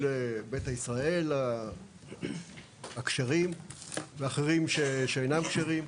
בית ישראל הכשרים ואחרים שאינם כשרים,